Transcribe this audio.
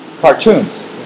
Cartoons